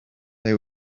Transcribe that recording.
they